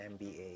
MBA